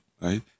Right